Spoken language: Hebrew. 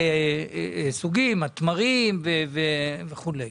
אם זה תמרים וכו'".